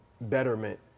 betterment